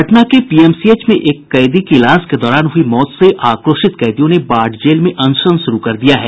पटना के पीएमसीएच में एक कैदी की इलाज के दौरान हुई मौत से आक्रोशित कैदियों ने बाढ़ जेल में अनशन शुरू कर दिया है